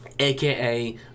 AKA